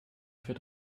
für